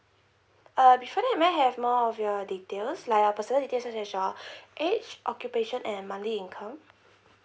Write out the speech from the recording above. uh before that may I have more of your details like your personal details such as your age occupation and monthly income